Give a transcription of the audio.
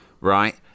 right